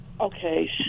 Okay